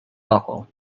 buckle